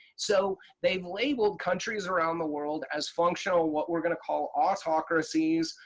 so they've labeled countries around the world as functional, what we're going to call autocracies,